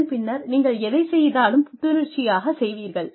அதன் பின்னர் நீங்கள் எதைச் செய்தாலும் புத்துணர்ச்சியாகச் செய்வீர்கள்